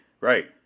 Right